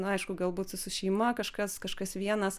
nu aišku galbūt su šeima kažkas kažkas vienas